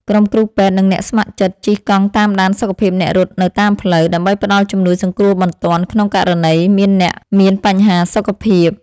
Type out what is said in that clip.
ក្រុមគ្រូពេទ្យ និងអ្នកស្ម័គ្រចិត្តជិះកង់តាមដានសុខភាពអ្នករត់នៅតាមផ្លូវ ដើម្បីផ្ដល់ជំនួយសង្គ្រោះបន្ទាន់ក្នុងករណីមានអ្នកមានបញ្ហាសុខភាព។